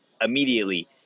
immediately